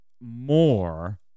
more